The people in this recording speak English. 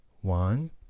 one